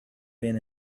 been